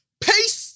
Peace